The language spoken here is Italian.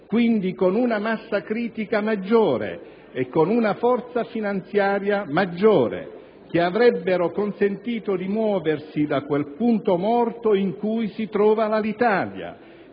quindi con una massa critica maggiore e con una forza finanziaria maggiore, che avrebbero consentito di muoversi da quel punto morto in cui si trova l'Alitalia,